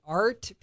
art